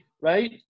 right